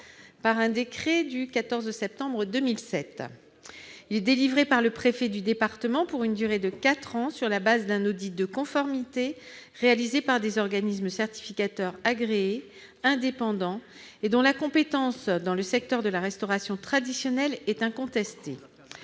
par un décret du 14 septembre 2007. Ce titre est délivré par le préfet du département pour une durée de quatre ans sur la base d'un audit de conformité réalisé par des organismes certificateurs agréés, indépendants et dont la compétence en matière de restauration traditionnelle est incontestée.